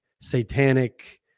satanic